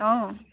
অঁ